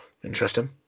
Interesting